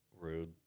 Rude